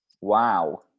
Wow